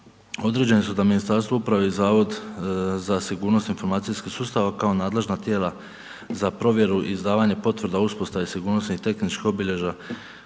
određene su da Ministarstvo uprave i Zavod za sigurnost informacijskih sustava kao nadležna tijela za provjeru i izdavanje potvrda o uspostavi sigurnosnih i tehničkih obilježja